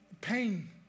pain